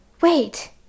Wait